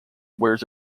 wears